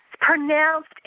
pronounced